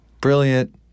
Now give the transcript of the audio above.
Brilliant